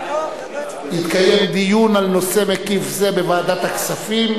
יתקיים דיון על נושא מקיף זה בוועדת הכספים,